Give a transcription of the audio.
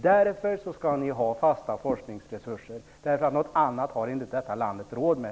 Därför skall ni ha fasta forskningsresurser. Något annat har inte detta land råd med.